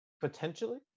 potentially